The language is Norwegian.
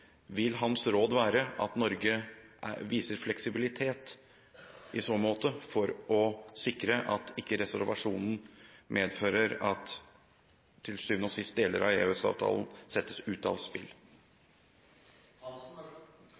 vil hans råd være at Norge viser fleksibilitet i så måte for å sikre at ikke reservasjonen til syvende og sist medfører at deler av EØS-avtalen settes ut av